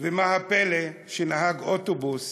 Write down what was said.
מה הפלא שנהג אוטובוס